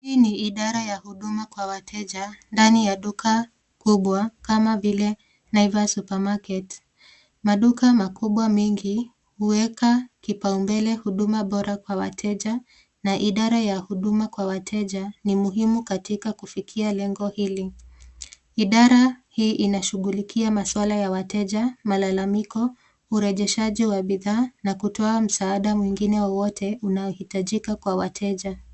Hii ni idara ya huduma kwa wateja ndani ya duka kubwa kama vile Naivas Supermarket. Maduka makubwa mengi huweka kipaumbele huduma bora kwa wateja na idara ya huduma kwa wateja ni muhimu katika kufikia lengo hili. Idara hii inashughulikia maswala ya wateja, malalamiko, ureshejai wa bidhaa na kutoa msaada mwingine wowote unaohitajika kwa wateja.